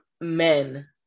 men